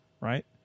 right